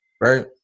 right